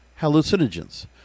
hallucinogens